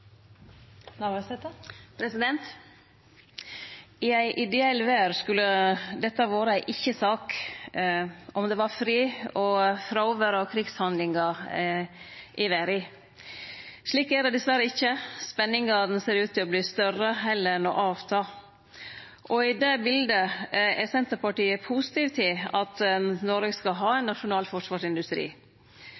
I ei ideell verd skulle dette vore ei ikkje-sak – om det var fred og fråvere av krigshandlingar i verda. Slik er det diverre ikkje, spenningane ser ut til å verte større heller enn å minke. I det bildet er Senterpartiet positiv til at Noreg skal ha ein